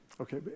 Okay